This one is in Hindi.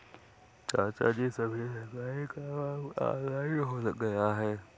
चाचाजी, सभी सरकारी काम अब ऑनलाइन हो गया है